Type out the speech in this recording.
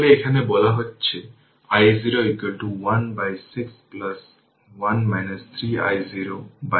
এখানে L দেওয়া হল 1 হেনরি এবং এটি দেওয়া হল 2 R থেভেনিন